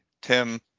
tim